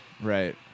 Right